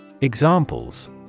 Examples